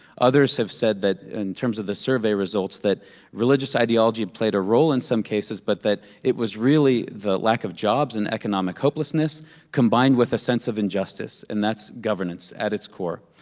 others have said that in terms of the survey results that religious ideology played a role in some cases, but that it was really the lack of jobs and economic hopelessness combined with a sense of injustice, and that's governance at its core,